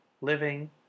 living